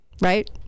Right